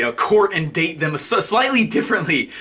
you know court and date them, so slightly differently.